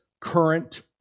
current